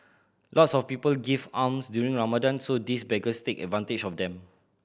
lots of people give alms during Ramadan so these beggars take advantage of them